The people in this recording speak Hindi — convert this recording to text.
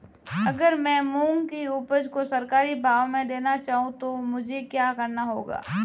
अगर मैं मूंग की उपज को सरकारी भाव से देना चाहूँ तो मुझे क्या करना होगा?